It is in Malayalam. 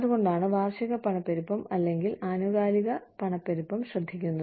അതുകൊണ്ടാണ് വാർഷിക പണപ്പെരുപ്പം അല്ലെങ്കിൽ ആനുകാലിക പണപ്പെരുപ്പം ശ്രദ്ധിക്കുന്നത്